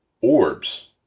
Orbs